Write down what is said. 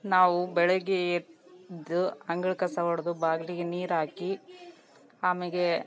ನಾವು ಬೆಳಗ್ಗೆ ಎದ್ದು ಅಂಗಳ ಕಸ ಹೊಡೆದು ಬಾಗಿಲಿಗೆ ನೀರಾಕಿ ಆಮೇಲೆ